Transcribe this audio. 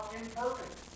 imperfect